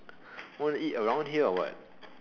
want to eat around here or what